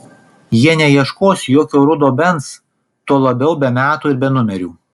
jie neieškos jokio rudo benz tuo labiau be metų ir be numerių